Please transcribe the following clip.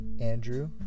Andrew